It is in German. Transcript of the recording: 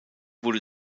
wurde